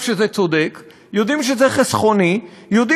כי היום אנשים משלמים הון כסף על ביטוחים פרטיים,